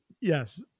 yes